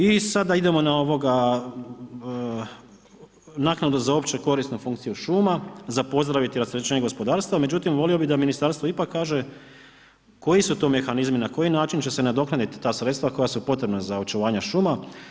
I sada da idemo na ovoga naknadu za opću korisnu funkciju šumu, za pozdraviti rastečenost gospodarstva, međutim, volio bi da mi ministarstvo ipak kaže, koji su to mehanizmi, na koji način će se nadoknaditi ta sredstva koja su potrebna za očuvanje šuma.